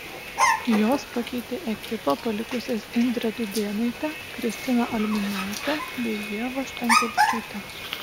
jos pakeitė ekipą palikusias indrę dudėnaitę kristiną alminaitę bei ievą stankevičiūtę